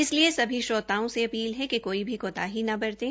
इसलिए सभी श्रोताओं से अपील है कि कोई भी कोताही न बरतें